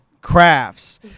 Crafts